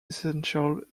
essential